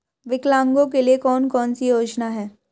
विकलांगों के लिए कौन कौनसी योजना है?